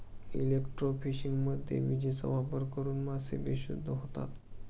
इलेक्ट्रोफिशिंगमध्ये विजेचा वापर करून मासे बेशुद्ध होतात